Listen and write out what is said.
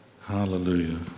Hallelujah